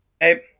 Hey